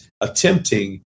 attempting